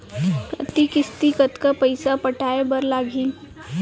प्रति किस्ती कतका पइसा पटाये बर लागही?